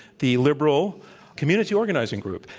the liberal community-organizing group.